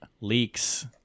Leaks